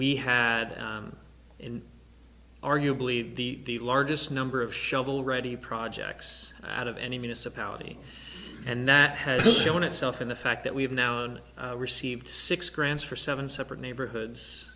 had arguably the largest number of shovel ready projects out of any municipality and that has shown itself in the fact that we have now and received six grants for seven separate neighborhoods